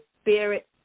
spirit